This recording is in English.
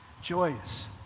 joyous